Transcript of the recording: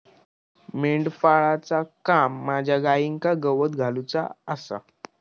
मेंढपाळाचा काम माझ्या गाईंका गवत घालुचा आसा